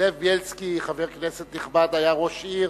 זאב בילסקי, חבר כנסת נכבד, היה ראש עיר,